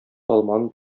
алманы